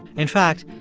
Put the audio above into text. in fact,